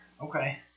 Okay